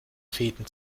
fäden